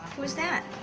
who's that?